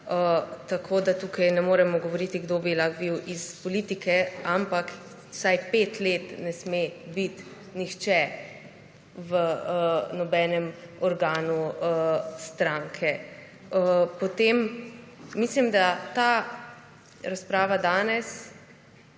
Tako da tukaj ne moremo govoriti, kdo bi lahko bil iz politike, ampak vsaj pet let ne sme biti nihče v nobenem organu stranke. Mislim, da ta razprava danes